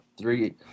three